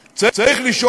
לדוד.